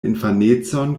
infanecon